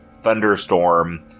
thunderstorm